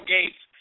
Gates